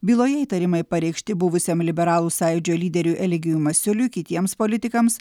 byloje įtarimai pareikšti buvusiam liberalų sąjūdžio lyderiui eligijui masiuliui kitiems politikams